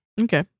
Okay